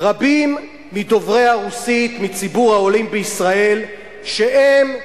רבים מדוברי הרוסית, מציבור העולים בישראל, שהם,